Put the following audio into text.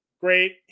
Great